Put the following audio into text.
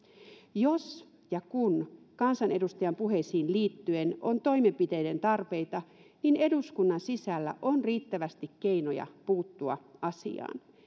jos ja kun kansanedustajan puheisiin liittyen on toimenpiteiden tarpeita niin eduskunnan sisällä on riittävästi keinoja puuttua asiaan